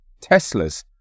Teslas